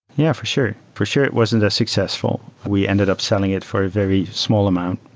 yeah, for sure. for sure it wasn't as successful. we ended up selling it for a very small amount.